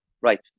Right